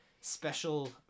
special